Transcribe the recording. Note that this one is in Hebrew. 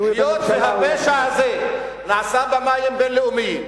היות שהפשע הזה נעשה במים בין-לאומיים,